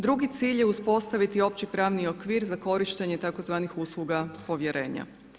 Drugi cilj je uspostaviti opći pravni okvir za korištenje tzv. usluga povjerenja.